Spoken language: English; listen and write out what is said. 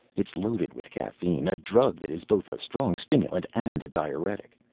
it's loaded with caffeine a drug that is both a strong stimulant and a diuretic.